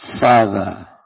Father